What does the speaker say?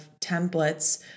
templates